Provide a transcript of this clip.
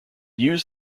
used